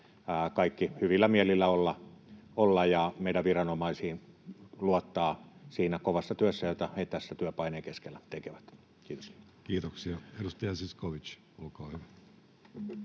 kaikki hyvillä mielillä olla ja meidän viranomaisiin luottaa siinä kovassa työssä, jota he tässä työpaineen keskellä tekevät. — Kiitos. Kiitoksia. — Edustaja Zyskowicz, olkaa hyvä.